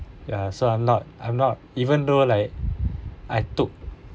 ya so I'm not I'm not even though like I took